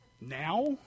Now